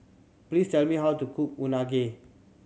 please tell me how to cook Unagi